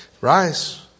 Rise